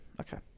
Okay